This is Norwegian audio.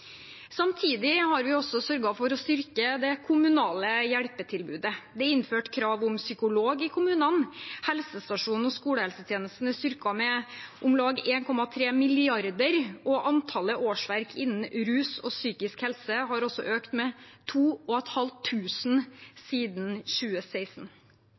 Samtidig har vi også sørget for å styrke det kommunale hjelpetilbudet. Det er innført krav om psykolog i kommunene, helsestasjonene og skolehelsetjenesten er styrket med om lag 1,3 mrd. kr, og antallet årsverk innen rus og psykisk helse har økt med 2 500 siden 2016.